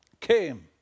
came